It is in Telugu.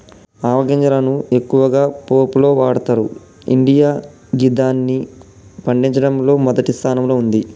ఆవ గింజలను ఎక్కువగా పోపులో వాడతరు ఇండియా గిదాన్ని పండించడంలో మొదటి స్థానంలో ఉంది